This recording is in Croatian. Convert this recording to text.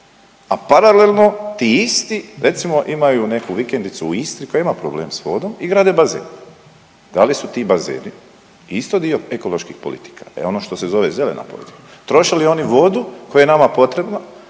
a paralelno ti isti recimo imaju neku vikendicu u Istri koja ima problem sa vodom i grade bazen. Da li su ti bazeni isto dio ekoloških politika? E ono što se zove zelena politika. Troše li oni vodu koja je nama potrebno